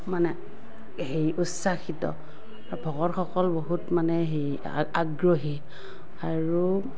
মানে হেৰি উচ্চাসিত ভকতসকল বহুত মানে হেৰি আ আগ্ৰহী আৰু